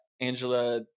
Angela